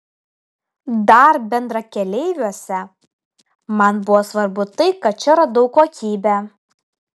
dar bendrakeleiviuose man buvo svarbu tai kad čia radau kokybę